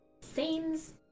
Seems